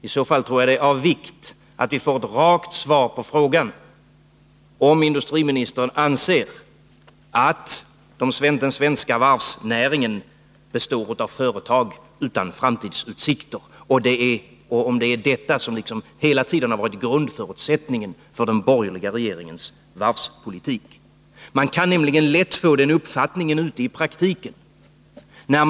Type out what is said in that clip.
I så fall tror jag att det är av vikt att vi får ett rakt svar på frågan om industriministern anser att den svenska varvsnäringen består av företag utan framtidsutsikter och om det är detta som hela tiden varit grundförutsättningen för den borgerliga regeringens varvspolitik. Man kan ute i praktiken lätt få uppfattningen att det förhåller sig så.